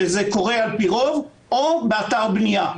שזה קורה על-פי רוב או באתר הבנייה,